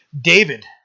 David